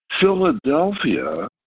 Philadelphia